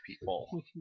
people